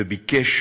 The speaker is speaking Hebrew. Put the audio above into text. וביקש